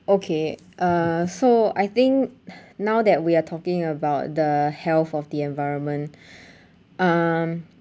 okay uh so I think now that we are talking about the health of the environment um